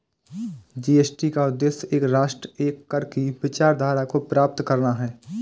GST का उद्देश्य एक राष्ट्र, एक कर की विचारधारा को प्राप्त करना है